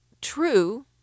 true